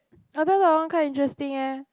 I thought that one quite interesting eh